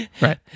Right